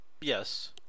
Yes